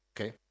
Okay